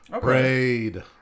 Braid